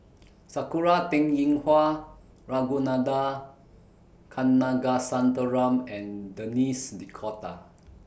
Sakura Teng Ying Hua Ragunathar Kanagasuntheram and Denis D'Cotta